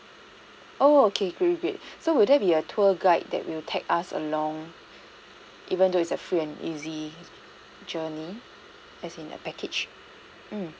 oh okay great great great so will there be a tour guide that will tag us along even though it's a free and easy journey as in a package mm